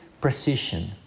precision